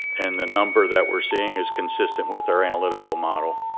and the number that we're seeing is consistent with our analytical model.